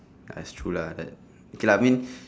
that's true lah like okay lah means